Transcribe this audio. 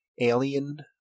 alien